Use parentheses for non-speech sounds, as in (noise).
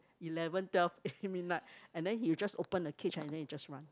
eleven twelve (noise) midnight and then he just open the cage and then he just run